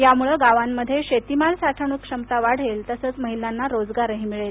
यामुळं गावामध्ये शेतीमाल साठवणूक क्षमता वाढेल तसंच महिलांना रोजगारही मिळेल